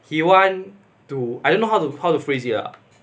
he want to I don't know how to how to phrase it lah